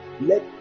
let